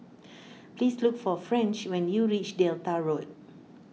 please look for French when you reach Delta Road